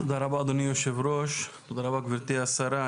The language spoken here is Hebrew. תודה רבה, אדוני יושב הראש וגברתי השרה.